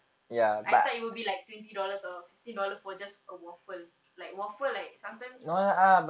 I thought it will be like twenty dollars or fifteen dollar for just a waffle like waffle like sometimes